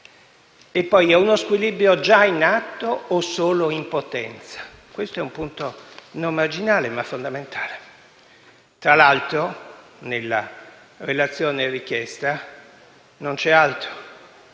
E poi, è uno squilibrio già in atto o solo in potenza? Questo è un punto non marginale, ma fondamentale. Tra l'altro, nella relazione richiesta non c'è altro,